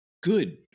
good